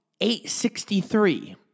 863